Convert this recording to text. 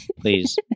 Please